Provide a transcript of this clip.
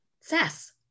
sass